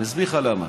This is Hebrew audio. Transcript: אני אסביר לך למה.